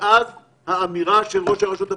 מאז האמירה של ראש ממשלת הרשות הפלסטינית?